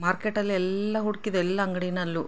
ಮಾರ್ಕೆಟಲ್ಲಿ ಎಲ್ಲ ಹುಡುಕಿದೆ ಎಲ್ಲ ಅಂಗ್ಡಿಯಲ್ಲೂ